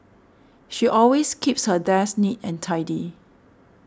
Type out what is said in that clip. she always keeps her desk neat and tidy